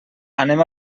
anem